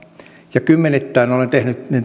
ja kymmenittäin olen tehnyt